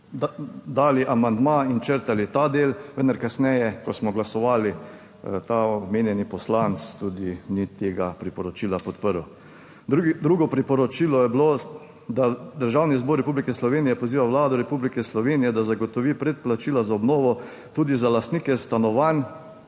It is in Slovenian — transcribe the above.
dali amandma in črtali ta del, vendar kasneje, ko smo glasovali ta omenjeni poslanec tudi ni tega priporočila podprl. Drugo priporočilo je bilo, da Državni zbor Republike Slovenije poziva Vlado Republike Slovenije, da zagotovi predplačila za obnovo tudi za lastnike stanovanj,